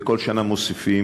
וכל שנה מוסיפים,